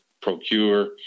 procure